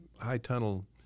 high-tunnel